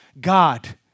God